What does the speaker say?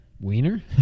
Wiener